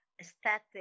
aesthetic